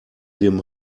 dem